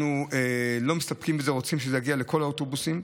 אנחנו לא מסתפקים בזה ורוצים שזה יגיע לכל האוטובוסים.